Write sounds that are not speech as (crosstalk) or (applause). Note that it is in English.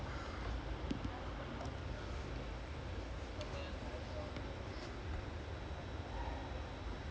no but like nah because இது செம்ம ஆனா:ithu semma aanaa match ah இருக்கு:irukku because like (noise) oh my god fred missed